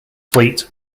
fleet